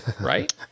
right